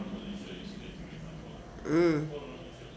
mm